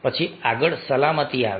પછી આગળ સલામતી આવે છે